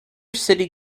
city